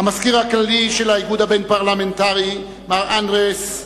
המזכיר הכללי של האיגוד הבין-פרלמנטרי מר אנדרס ג'ונסון,